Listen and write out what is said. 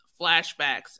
flashbacks